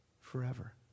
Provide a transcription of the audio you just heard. forever